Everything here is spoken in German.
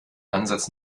ansatz